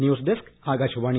news desk Akashvani